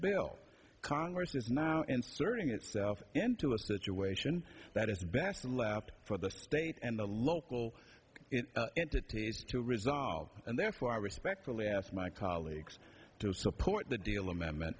bill congress is now inserting itself into a situation that is best left for the state and the local entities to resolve and therefore i respectfully ask my colleagues to support the deal amendment